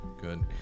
Good